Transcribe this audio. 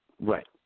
Right